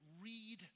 read